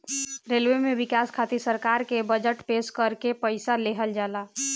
railway में बिकास खातिर सरकार के बजट पेश करके पईसा लेहल जाला